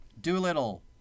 Doolittle